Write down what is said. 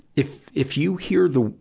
if, if you hear the,